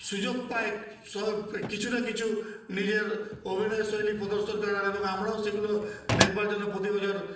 সুযোগ পায় সব কিছু না কিছু নিজের অভিনয় শৈলী প্রদর্শন করার এবং আমরাও সেইগুলো দেখবার জন্য প্রতি বছর